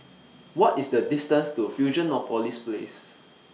What IS The distance to Fusionopolis Place